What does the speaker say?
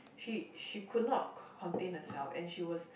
she she could not contain herself and she was